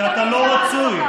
שאתה לא רצוי?